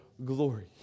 Glory